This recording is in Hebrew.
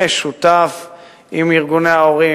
משותף עם ארגוני ההורים.